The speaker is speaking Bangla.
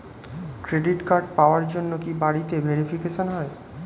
ক্রেডিট কার্ড পাওয়ার জন্য কি বাড়িতে ভেরিফিকেশন হয়?